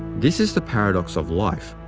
this is the paradox of life,